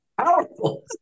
Powerful